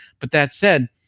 but that said,